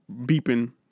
beeping